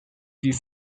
this